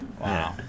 Wow